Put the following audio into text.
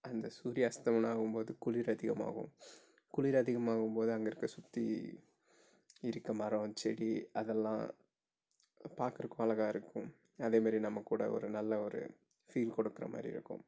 அந்த சூரிய அஸ்தமனம் ஆகும் போது குளிர் அதிகமாகும் குளிர் அதிகமாகும் போது அங்கேருக்க சுற்றி இருக்க மரம் செடி அதெல்லாம் பார்க்குறக்கும் அழகாயிருக்கும் அதே மாரி நம்ம கூட ஒரு நல்ல ஒரு ஃபீல் கொடுக்குறமாதிரியிருக்கும்